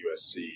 USC